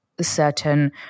certain